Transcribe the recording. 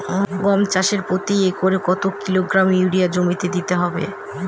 গম চাষে প্রতি একরে কত কিলোগ্রাম ইউরিয়া জমিতে দিতে হয়?